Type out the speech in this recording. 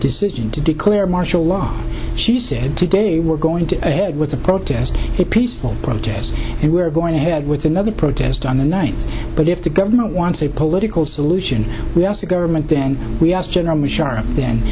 decision to declare martial law she said today we're going to head with a protest a peaceful protest and we're going to head with another protest on the nights but if the government wants a political solution we asked the government then we asked general mushar